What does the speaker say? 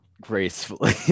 gracefully